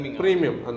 premium